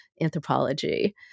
anthropology